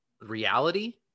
reality